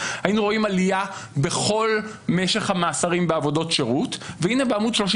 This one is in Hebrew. היינו רואים עלייה בכל משך המאסרים בעבודות שירות והנה בעמוד 31